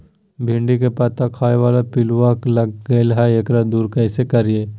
भिंडी के पत्ता खाए बाला पिलुवा लग गेलै हैं, एकरा दूर कैसे करियय?